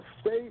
state